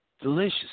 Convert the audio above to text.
Delicious